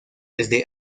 desde